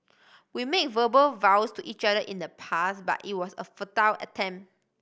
we made verbal vows to each other in the past but it was a futile attempt